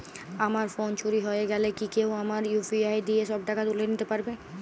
আমার ফোন চুরি হয়ে গেলে কি কেউ আমার ইউ.পি.আই দিয়ে সব টাকা তুলে নিতে পারবে?